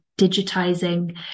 digitizing